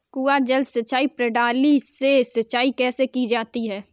कुआँ जल सिंचाई प्रणाली से सिंचाई कैसे की जाती है?